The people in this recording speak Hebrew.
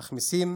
אך מיסים